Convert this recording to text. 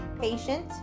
patient